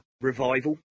revival